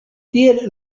tiel